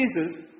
Jesus